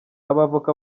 abavoka